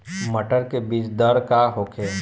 मटर के बीज दर का होखे?